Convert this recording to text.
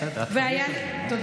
בסדר, את צודקת.